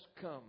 come